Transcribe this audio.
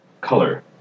Color